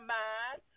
mind